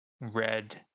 Red